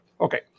Okay